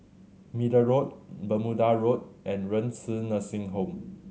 Middle Road Bermuda Road and Renci Nursing Home